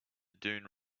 dune